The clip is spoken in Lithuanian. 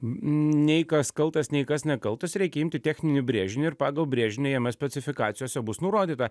nei kas kaltas nei kas nekaltas reikia imti techninį brėžinį ir pagal brėžinį jame specifikacijose bus nurodyta